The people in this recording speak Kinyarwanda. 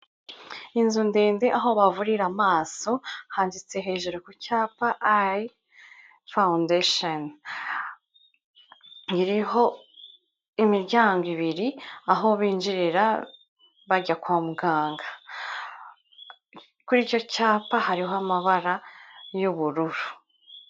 Inzu ndende, aho bavurira amaso handitse hejuru ku cyapa "Eye foundation." Iriho imiryango ibiri aho binjirira bajya kwa muganga. Kuri icyo cyapa hariho amabara y'ubururu.